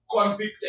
convicted